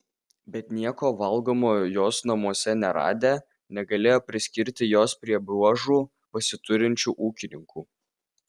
bet nieko valgomo jos namuose neradę negalėjo priskirti jos prie buožių pasiturinčių ūkininkų